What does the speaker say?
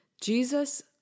Jesus